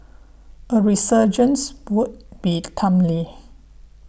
a resurgence would be timely